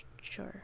sure